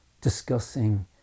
discussing